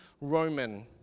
Roman